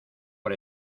por